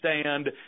stand